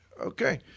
Okay